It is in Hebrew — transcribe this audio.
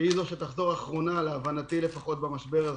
והיא זאת שתחזור אחרונה, להבנתי, במשבר הזה.